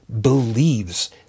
believes